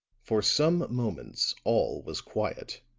for some moments all was quiet,